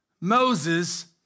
Moses